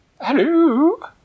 hello